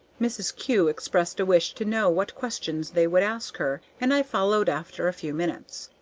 mrs. kew expressed a wish to know what questions they would ask her, and i followed after a few minutes.